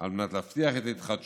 על מנת להבטיח את התחדשותה